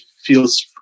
feels